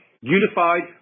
unified